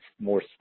more